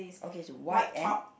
okay is white and